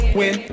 win